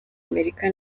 amerika